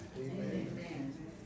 Amen